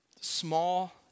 small